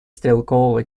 стрелкового